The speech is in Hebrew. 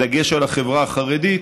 בדגש על החברה החרדית,